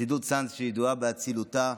חסידות צאנז ידועה באצילותה.